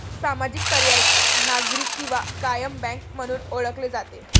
सामाजिक, पर्यायी, नागरी किंवा कायम बँक म्हणून ओळखले जाते